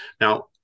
now